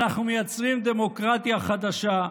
אנחנו מייצרים דמוקרטיה חדשה,